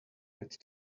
had